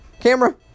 Camera